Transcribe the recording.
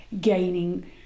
gaining